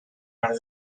her